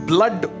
blood